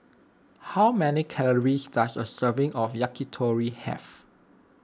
how many calories does a serving of Yakitori have